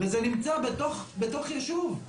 וזה נמצא בתוך יישוב,